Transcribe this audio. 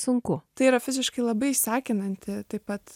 sunku tai yra fiziškai labai sekinanti taip pat